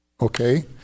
okay